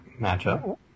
matchup